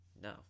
No